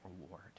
reward